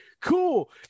cool